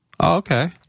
okay